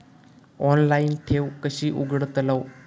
Online ठेव कशी उघडतलाव?